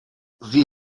sie